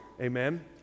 Amen